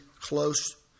close